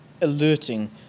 alerting